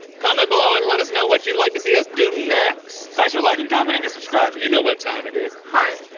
comment below and let us know what you'd like to see us do next. thanks for liking, commenting, and subscribing. you know what time it is. hi,